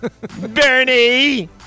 Bernie